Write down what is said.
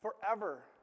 forever